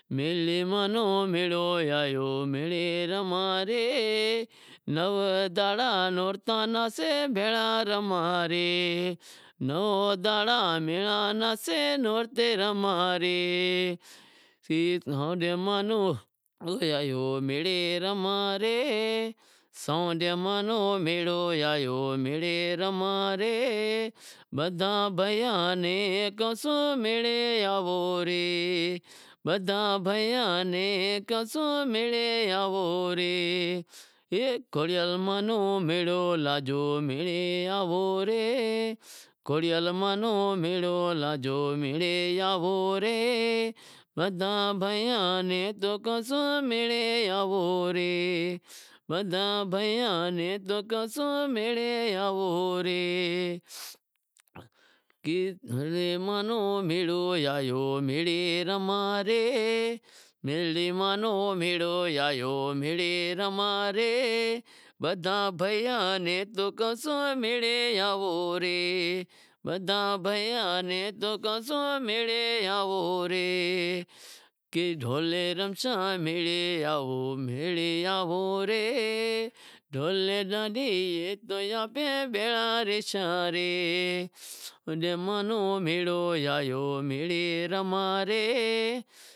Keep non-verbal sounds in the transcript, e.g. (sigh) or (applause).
(unintelligible)